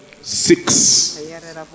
Six